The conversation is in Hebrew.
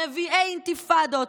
נביאי אינתיפאדות,